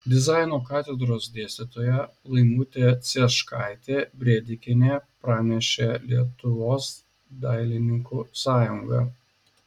dizaino katedros dėstytoja laimutė cieškaitė brėdikienė pranešė lietuvos dailininkų sąjunga